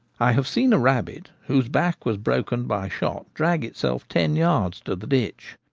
i have seen a rabbit whose back was broken by shot drag itself ten yards to the ditch.